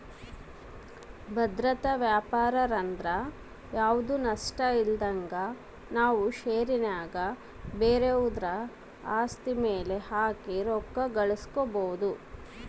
ಭದ್ರತಾ ವ್ಯಾಪಾರಂದ್ರ ಯಾವ್ದು ನಷ್ಟಇಲ್ದಂಗ ನಾವು ಷೇರಿನ್ಯಾಗ ಬ್ಯಾರೆವುದ್ರ ಆಸ್ತಿ ಮ್ಯೆಲೆ ಹಾಕಿ ರೊಕ್ಕ ಗಳಿಸ್ಕಬೊದು